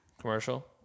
Commercial